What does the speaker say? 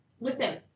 Listen